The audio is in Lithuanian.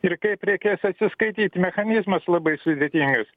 ir kaip reikės atsiskaityt mechanizmas labai sudėtingas